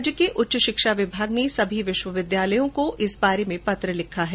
राज्य के उच्च शिक्षा विभाग ने सभी विश्वविद्यालयों को इस संबंध में पत्र लिखा है